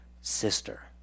sister